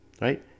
right